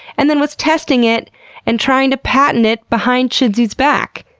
and then was testing it and trying to patent it behind chidsey's back!